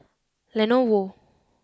Lenovo